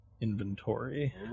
inventory